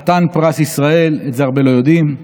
חתן פרס ישראל, את זה הרבה לא יודעים,